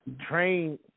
train